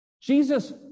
Jesus